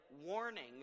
warning